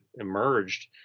emerged